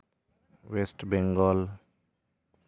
West Bengal